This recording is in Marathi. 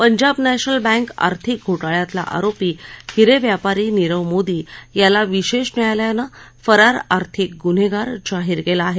पंजाब नॅशनल बॅंक आर्थिक घोटाळ्यातला आरोपी हिरे व्यापारी नीरव मोदी याला विशेष न्यायालयानं फरार आर्थिक गुन्हेगार जाहीर केलं आहे